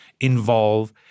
involve